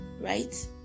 right